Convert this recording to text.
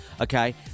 Okay